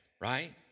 right